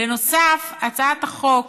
בנוסף, הצעת החוק